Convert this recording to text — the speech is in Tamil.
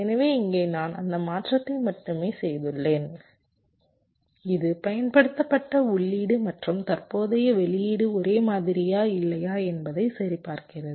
எனவே இங்கே நான் அந்த மாற்றத்தை மட்டுமே செய்துள்ளேன் இது பயன்படுத்தப்பட்ட உள்ளீடு மற்றும் தற்போதைய வெளியீடு ஒரேமாதிரியா இல்லையா என்பதை சரிபார்க்கிறது